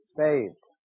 saved